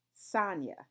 Sanya